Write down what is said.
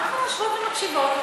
ואנחנו יושבות ומקשיבות לו,